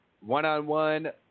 One-on-one